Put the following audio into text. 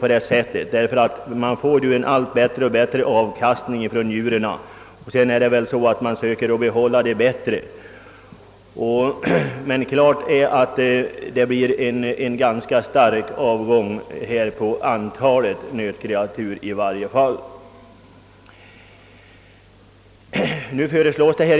Avkastningen från djuren blir nämligen allt bättre, och vid utslaktningen försöker man också behålla de bästa korna. Klart är dock att minskningen av antalet nötkreatur medför överskott på kött.